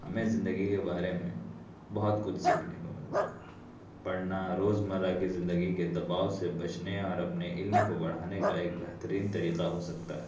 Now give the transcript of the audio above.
ہمیں زندگی کے بارے میں بہت کچھ سیکھنے کو ملتا ہے پڑھنا روزمرہ کی زندگی کے دباؤ سے بچنے اور اپنے علم کو بڑھانے کا ایک بہترین طریقہ ہو سکتا ہے